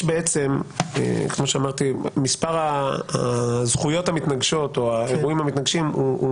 כמו שאמרתי, מספר הזכויות המתנגשות הוא מורכב.